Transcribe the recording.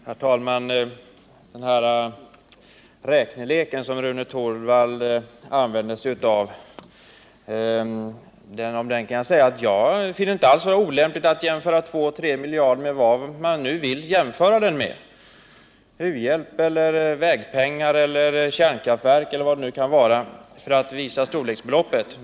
Herr talman! Beträffande den räknelek som Rune Torwald använde sig av, så finner jag det inte olämpligt att göra jämförelser mellan 2-3 miljarder och andra kostnader — u-hjälp, vägpengar, kärnkraftverk eller vad det kan vara — för att visa storleksordningen.